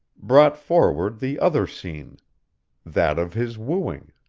brought forward the other scene that of his wooing.